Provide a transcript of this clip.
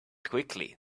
quickly